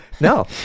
no